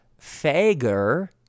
Fager